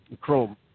Chrome